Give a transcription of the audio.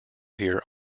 here